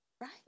Right